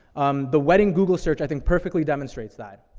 um, the wedding google search i think perfectly demonstrates that.